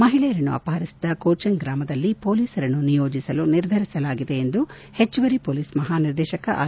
ಮಹಿಳೆಯರನ್ನು ಅಪಪರಿಸಿದ ಕೋಚಂಗ್ ಗ್ರಾಮದಲ್ಲಿ ಕೊಲೀಸರನ್ನು ನಿಯೋಜಿಸಲು ನಿರ್ಧರಿಸಲಾಗಿದೆ ಎಂದು ಹೆಚ್ಚುವರಿ ಹೊಲೀಸ್ ಮಹಾನಿರ್ದೇಶಕ ಆರ್